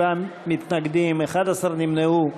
57 מתנגדים, 11 נמנעו.